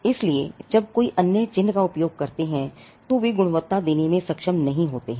इसलिए जब कोई अन्य चिह्न का उपयोग करते हैं तो वे गुणवत्ता देने में सक्षम नहीं होते हैं